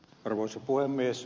arvoisa puhemies